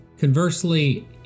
Conversely